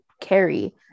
carry